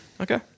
Okay